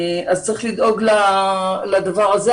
צריך לדאוג לדבר הזה.